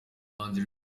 abahanzi